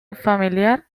familiar